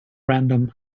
random